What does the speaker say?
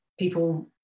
People